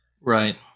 Right